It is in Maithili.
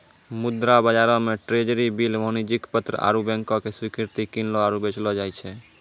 मुद्रा बजारो मे ट्रेजरी बिल, वाणिज्यक पत्र आरु बैंको के स्वीकृति किनलो आरु बेचलो जाय छै